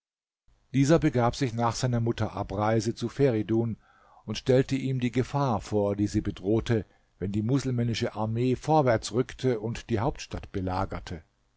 dieser begab sich nach seiner mutter abreise zu feridun und stellte ihm die gefahr vor die sie bedrohte wenn die muselmännische armee vorwärts rückte und die hauptstadt belagerte